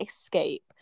escape